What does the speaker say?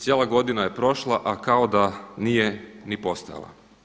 Cijela godina je prošla a kao da nije ni postojala.